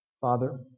Father